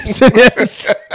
Yes